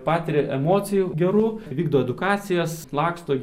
patiria emocijų gerų vykdo edukacijas laksto